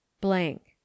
blank